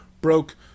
broke